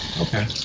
Okay